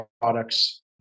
products